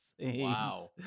Wow